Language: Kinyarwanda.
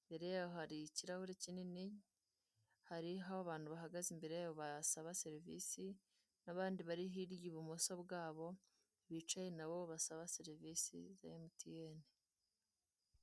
imbere yabo hari ikirahuri kinini hariho abantu bahagaze imbere yabo basaba serivisi, n'abandi bari hirya ibumoso bwabo bicaye nabo basaba serivisi za emutiyeni.